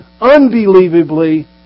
unbelievably